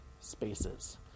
spaces